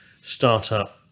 startup